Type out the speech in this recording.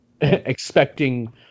expecting